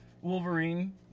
Wolverine